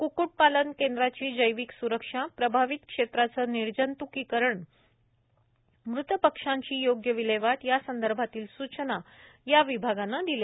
कक्कट पालन केंद्रांची जैविक स्रक्षा प्रभावित क्षेत्राचे निर्जंत्कीकरण मृत पक्षांची योग्य विल्हेवाट यासंदर्भातील सूचना त्यांनी दिल्या